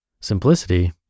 Simplicity